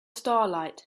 starlight